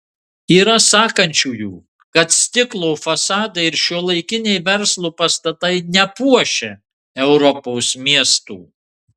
yra sakančiųjų kad stiklo fasadai ir šiuolaikiniai verslo pastatai nepuošia europos miestų